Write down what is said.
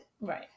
right